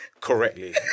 correctly